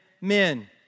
men